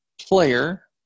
player